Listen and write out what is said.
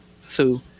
Sue